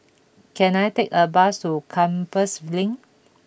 can I take a bus to Compassvale Link